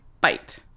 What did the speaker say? bite